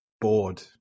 bored